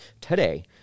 today